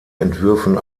entwürfen